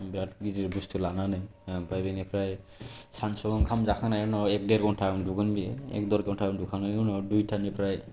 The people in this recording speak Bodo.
बिरात गिदिर बस्तु लानानै ओमफ्राय बेनिफ्राय सानसुआव ओंखाम जाखांनायनि उनाव एक देर घन्टा उन्दुगोन बियो एक देर घन्टा उन्दुखांनायनि उनाव दुइतानिफ्राय